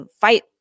fight